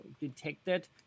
detected